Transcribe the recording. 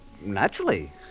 naturally